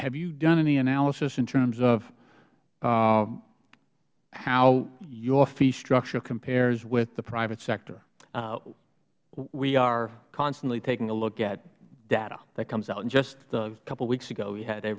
have you done any analysis in terms of how your fee structure compares with the private sector mister long we are constantly taking a look at data that comes out and just a couple weeks ago we had a